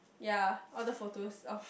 ya all the photos of